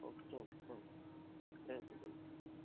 okay thank thank thank thank you ਭਾਅ ਜੀ